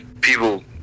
people